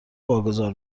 واگذار